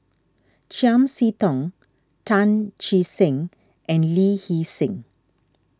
Chiam See Tong Tan Che Sang and Lee Hee Seng